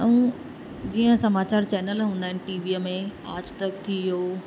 ऐं जीअं समाचारु चैनल हूंदा आहिनि टीवीअ में आजतक थी वियो